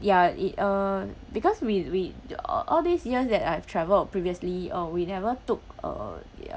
ya it uh because we we uh all these years that I've travelled previously uh we never took uh